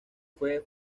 fue